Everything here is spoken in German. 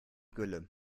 gülle